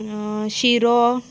शिरो